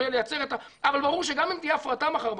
ולייצר את ה --- אבל ברור שגם אם תהיה הפרטה מחר בכשרות,